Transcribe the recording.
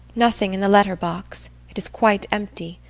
nothing in the letterbox it is quite empty.